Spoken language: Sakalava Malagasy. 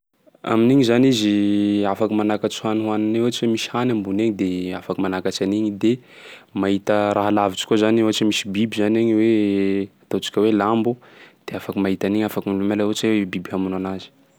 Amin'igny zany izy afaky manakatsy hany hohaniny eo ohatsy misy hany ambony eny de afaky manakatsy an'igny de mahita raha lavitsy koÃ zany ohatsy hoe misy biby zany igny hoe, ataontsika hoe lambo, de afaky mahita an'igny afaky miomana laha ohatsy hoe biby hamono anazy.